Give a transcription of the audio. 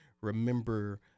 remember